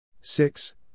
six